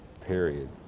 period